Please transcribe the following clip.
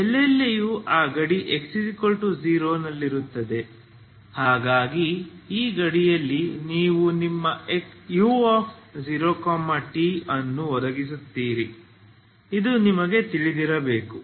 ಎಲ್ಲೆಲ್ಲಿಯೂ ಆ ಗಡಿ x0 ನಲ್ಲಿರುತ್ತದೆ ಹಾಗಾಗಿ ಈ ಗಡಿಯಲ್ಲಿ ನೀವು ನಿಮ್ಮ u0t ಅನ್ನು ಒದಗಿಸುತ್ತೀರಿ ಇದನ್ನು ತಿಳಿದಿರಬೇಕು